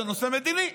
זה נושא מדיני.